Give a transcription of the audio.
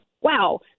wow